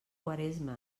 quaresma